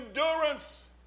endurance